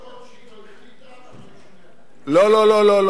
כל עוד היא לא החליטה, לא, לא.